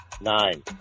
Nine